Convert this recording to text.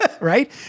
Right